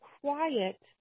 quiet